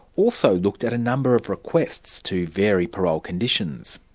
also looked at a number of requests to vary parole conditions.